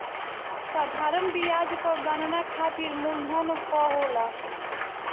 साधारण बियाज कअ गणना खाली मूलधन पअ होला